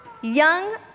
young